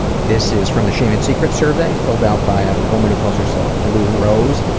this is from the shame and secrets survey, filled out by a woman who calls herself bluerose,